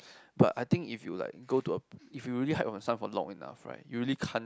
but I think if you like go to uh if you hide yourself for long enough right you really can't